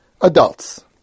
adults